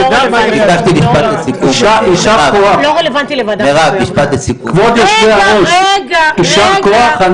היא תדע --- כבוד יושבי הראש, יישר כוח.